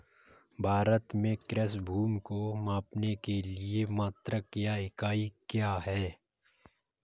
भारत में कृषि भूमि को मापने के लिए मात्रक या इकाई क्या है?